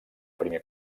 primer